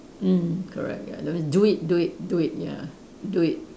mm correct ya that means do it do it do it ya do it